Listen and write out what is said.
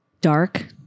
Dark